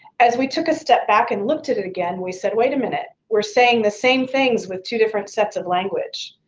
as we took a step back and looked at it again, we said wait a minute, we're saying the same things with two different sets of language.